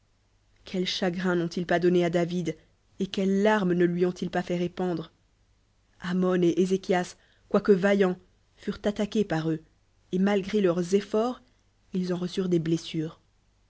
quels cliagrios n'ont-ils pas donnés à david et qpeltes larmes de lui ont-ils pas fait répandre hon et ezéchias quoique vaillants j furent attaqués par eux et malgré leurs efforts ils en reçurent des blessures